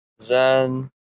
Zen